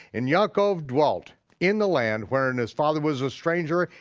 and yaakov dwelt in the land wherein his father was a stranger,